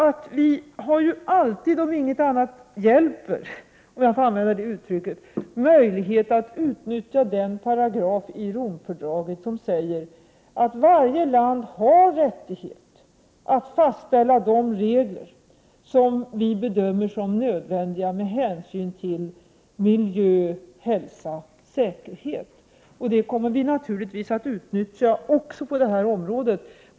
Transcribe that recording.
Slutligen har vi alltid — om ingenting annat hjälper — möjlighet att utnyttja den paragraf i Romfördraget som säger att varje land har rätt att fastställa de regler som bedöms som nödvändiga med hänsyn till miljö, hälsa och säkerhet, vilket vi naturligtvis kommer att utnyttja också på det här området.